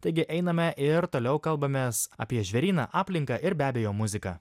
taigi einame ir toliau kalbamės apie žvėryną aplinką ir be abejo muziką